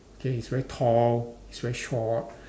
okay he's very tall he's very short